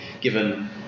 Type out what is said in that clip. given